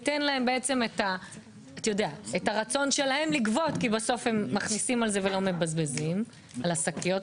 אבל בעצם יצרנו מצב שרק הקמעונאים הגדולים,